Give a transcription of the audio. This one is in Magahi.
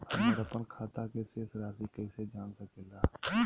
हमर अपन खाता के शेष रासि कैसे जान सके ला?